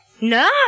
No